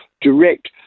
direct